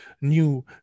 new